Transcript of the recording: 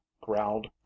growled